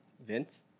Vince